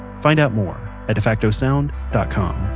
find out more at defactosound dot com.